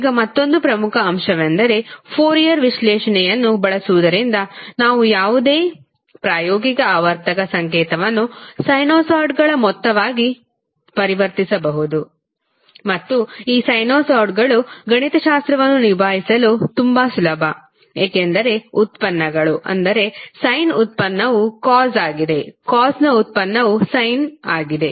ಈಗ ಮತ್ತೊಂದು ಪ್ರಮುಖ ಅಂಶವೆಂದರೆ ಫೋರಿಯರ್ ವಿಶ್ಲೇಷಣೆಯನ್ನು ಬಳಸುವುದರಿಂದ ನಾವು ಯಾವುದೇ ಪ್ರಾಯೋಗಿಕ ಆವರ್ತಕ ಸಂಕೇತವನ್ನು ಸೈನುಸಾಯ್ಡ್ಗಳ ಮೊತ್ತವಾಗಿ ಪರಿವರ್ತಿಸಬಹುದು ಮತ್ತು ಈ ಸೈನುಸಾಯ್ಡ್ಗಳು ಗಣಿತಶಾಸ್ತ್ರವನ್ನು ನಿಭಾಯಿಸಲು ತುಂಬಾ ಸುಲಭ ಏಕೆಂದರೆ ಉತ್ಪನ್ನಗಳು ಅಂದರೆ ಸಯ್ನ್ ವ್ಯುತ್ಪನ್ನವು ಕಾಸ್ ಆಗಿದೆ ಕಾಸ್ನ ವ್ಯುತ್ಪನ್ನವು ಸಯ್ನ್ವಾಗಿದೆ